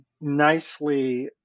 nicely